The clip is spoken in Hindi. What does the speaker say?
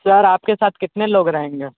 सर आपके साथ कितने लोग रहेंगे